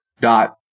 dot